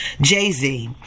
Jay-Z